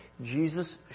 Jesus